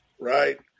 right